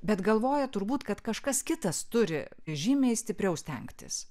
bet galvoja turbūt kad kažkas kitas turi žymiai stipriau stengtis